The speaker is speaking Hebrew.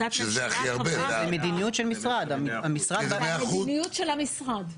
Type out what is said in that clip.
זו מדיניות של המשרד.